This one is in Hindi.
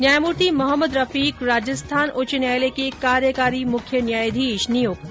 न्यायमूर्ति मोहम्मद रफीक राजस्थान उच्च न्यायालय के कार्यकारी मुख्य न्यायाधीश नियुक्त